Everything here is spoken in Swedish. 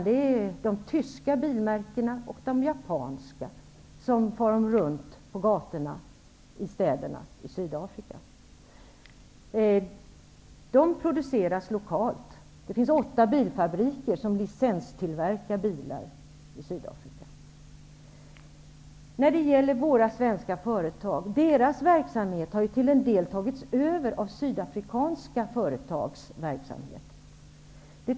Det är de tyska och japanska bilmärkena som man ser på gatorna i städerna i Sydafrika. De produceras lokalt. Det finns åtta bilfabriker som licenstillverkar bilar i Sydafrika. Våra svenska företags verksamhet har till en del tagits över av sydafrikanska företags verksamhet.